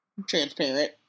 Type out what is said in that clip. transparent